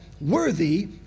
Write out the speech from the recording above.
worthy